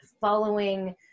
following